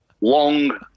long